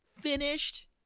finished